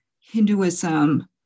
Hinduism